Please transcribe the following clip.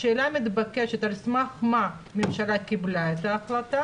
השאלה המתבקשת, על סמך מה הממשלה קיבלה את ההחלטה?